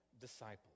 disciples